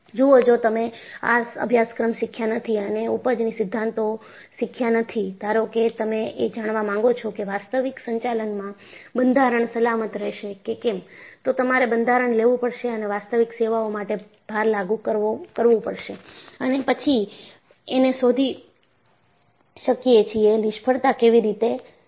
જુઓ જો તમે આ અભ્યાશ્ક્ર્મ શીખ્યા નથી અને ઊપજની સિદ્ધાંતોઓ શીખ્યા નથી ધારો કે તમે એ જાણવા માગો છો કે વાસ્તવિક સંચાલનમાં બંધારણ સલામત રહેશે કે કેમ તો તમારે બંધારણ લેવું પડશે અને વાસ્તવિક સેવાઓ માટે ભાર લાગુ કરવું પડશે અને પછી એને શોધી શકીએ છીએ નિષ્ફળતા કેવી રીતે થશે